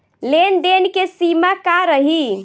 लेन देन के सिमा का रही?